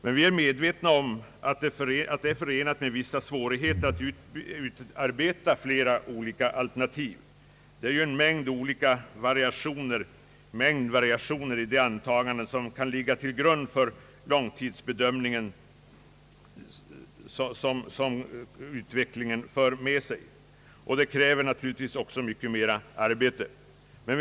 Men vi är medvetna om att det är förenat med vissa svårigheter att utarbeta flera olika alternativ. Det är ju en mängd olika variationer :i de antaganden som kan ligga till grund för långtidsbedömningen som. utvecklingen för med sig, och det kräver också mycket mera arbete.